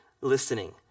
listening